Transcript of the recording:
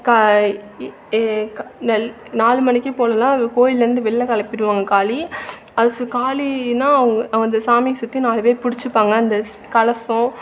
க ஏ க நெல் நாலு மணிக்கு போகலாம் அந்த கோவில்லருந்து வெளியில் கிளப்பிடுவாங்க காளி அது சு காளியின்னா அந் அந்த சாமி சுற்றி நாலு பேர் பிடிச்சிப்பாங்க அந்த ஸ் கலசம்